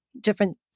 different